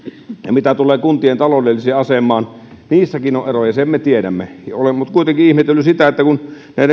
mitä tulee kuntien taloudelliseen asemaan niissäkin on eroja sen me tiedämme mutta olen kuitenkin ihmetellyt sitä että kun